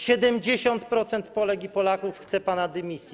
70% Polek i Polaków chce pana dymisji.